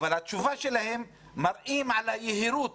אבל התשובה שלהם מראה על היהירות